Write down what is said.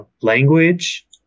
language